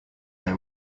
that